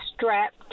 strapped